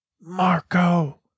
marco